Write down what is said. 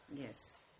Yes